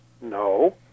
No